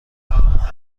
کنه